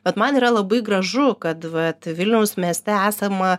bet man yra labai gražu kad vat vilniaus mieste esama